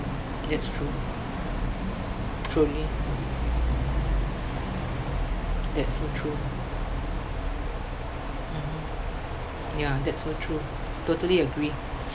that's true through me that's so true mmhmm ya that's so true totally agree